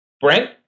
Brent